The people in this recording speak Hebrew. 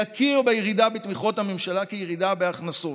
להכיר בירידה בתמיכות הממשלה כירידה בהכנסות,